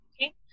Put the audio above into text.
Okay